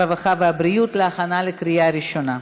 הרווחה והבריאות להכנה לקריאה ראשונה.